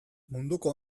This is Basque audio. munduko